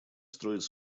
строить